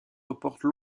reporte